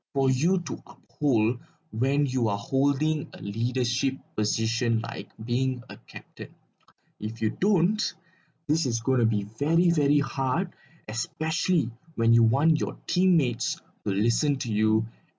for you to c~ cool when you are holding a leadership position like being a captain if you don't this is going to be very very hard especially when you want your teammates to listen to you